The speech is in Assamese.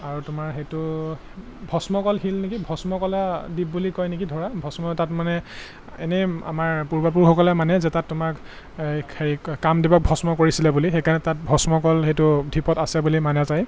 আৰু তোমাৰ সেইটো ভস্মকল শিল নেকি ভস্মকল দ্বীপ বুলি কয় নেকি ধৰা ভস্মই তাত মানে এনেই আমাৰ পূৰ্বপুৰুষসকলে মানে যে তাত তোমাক এই হেৰি কামদেৱক ভস্ম কৰিছিলে বুলি সেইকাৰণে তাত ভস্মকল সেইটো ধীপত আছে বুলি মানা যায়